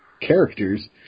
characters